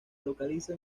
localiza